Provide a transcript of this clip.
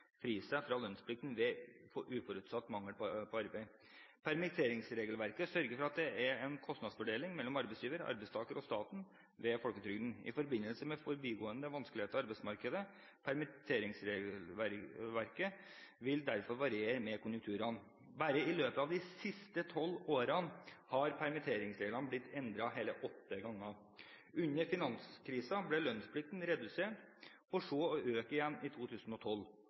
fra lønnsplikten ved uforutsett mangel på arbeid. Permitteringsregelverket sørger for at det er en kostnadsfordeling mellom arbeidsgiver, arbeidstaker og staten ved folketrygden i forbindelse med forbigående vanskeligheter i arbeidsmarkedet. Permitteringsregelverket vil derfor variere med konjunkturene. Bare i løpet av de siste tolv årene har permitteringsreglene blitt endret hele åtte ganger. Under finanskrisen ble lønnsplikten redusert, for så å øke igjen i 2012.